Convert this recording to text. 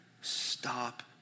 stop